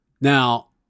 Now